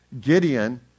Gideon